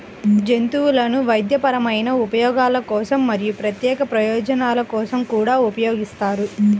జంతువులను వైద్యపరమైన ఉపయోగాల కోసం మరియు ప్రత్యేక ప్రయోజనాల కోసం కూడా ఉపయోగిస్తారు